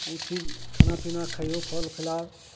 उ चीज खाना पीना खइयौ फल फलाहार